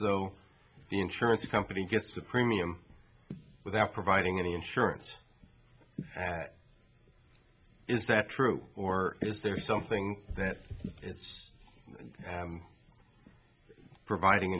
though the insurance company gets a premium without providing any insurance is that true or is there something that it's providing